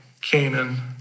Canaan